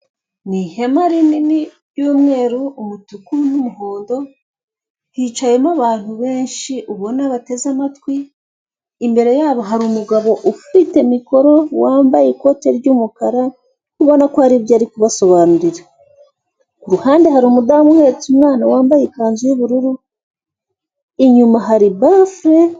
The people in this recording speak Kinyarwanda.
Ni ihema rinini ry'umweru, umutuku, n'umuhondo, hicayemo abantu benshi ubona bateze amatwi, imbere yabo hari umugabo ufite mikoro, wambye ikote ry'umukara, ubona ko hari ibyo ari kubasobanurira. Ku ruhande hari umudamu uhetse umwana, wambaye ikanzu y'ubururu, inyuma hari bafure.